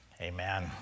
Amen